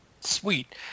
Sweet